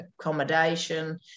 accommodation